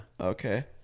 Okay